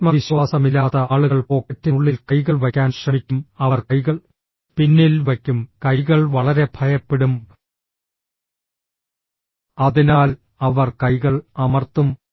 ആത്മവിശ്വാസമില്ലാത്ത ആളുകൾ പോക്കറ്റിനുള്ളിൽ കൈകൾ വയ്ക്കാൻ ശ്രമിക്കും അവർ കൈകൾ പിന്നിൽ വയ്ക്കും കൈകൾ വളരെ ഭയപ്പെടും അതിനാൽ അവർ കൈകൾ അമർത്തും